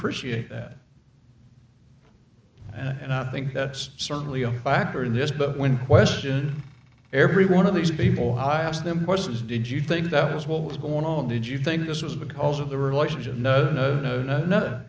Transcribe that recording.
appreciate that and i think that's certainly a factor in this but when question every one of these people i asked them what did you think that was what was going on did you think this was because of the relationship no no no no